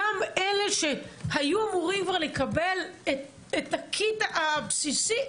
גם אלה שהיו אמורים כבר לקבל את הקיט הבסיסי,